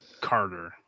Carter